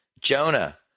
Jonah